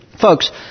Folks